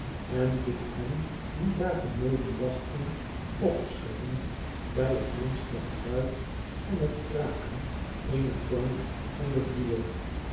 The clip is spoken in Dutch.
en doet hen die daar beneden wachten opschrikken bij het minste geluid van het kraken eener plank van den vloer